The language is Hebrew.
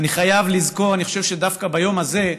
ואני חייב להזכיר, אני חושב שדווקא ביום הזה,